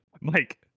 Mike